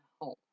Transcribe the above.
home